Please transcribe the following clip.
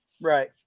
right